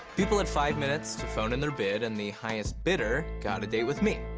people had five minutes to phone in their bid, and the highest bidder got a date with me.